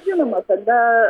žinoma kada